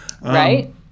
Right